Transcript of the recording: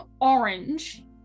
orange